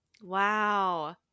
Wow